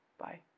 Bye